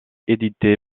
édité